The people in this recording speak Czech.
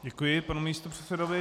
Děkuji panu místopředsedovi.